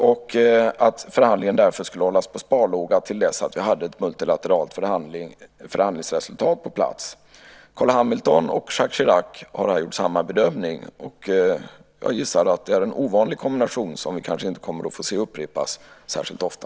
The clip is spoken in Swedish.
Därför skulle förhandlingen hållas på sparlåga till dess att vi hade ett multilateralt förhandlingsresultat på plats. Carl Hamilton och Jaques Chirac har här gjort samma bedömning. Jag gissar att det är en ovanlig kombination som vi kanske inte kommer att få se upprepas särskilt ofta.